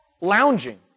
lounging